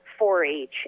4-H